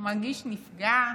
שמרגיש נפגע,